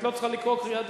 את לא צריכה לקרוא קריאה.